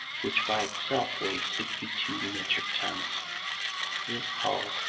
which by itself weighs sixty two metric tons this hull,